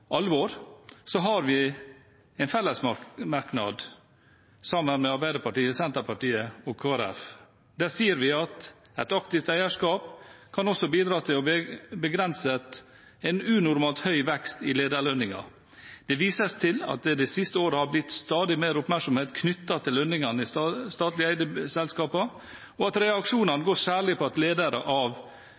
alvor, har vi en fellesmerknad sammen med Arbeiderpartiet, Senterpartiet og Kristelig Folkeparti. Der sier vi at «et aktivt statlig eierskap også kan bidra til å begrense en unormalt høy vekst i lederlønninger». Det vises til at det det siste året har blitt stadig mer oppmerksomhet knyttet til lønningene i statlig eide selskaper, og at reaksjonene går særlig på at ledere av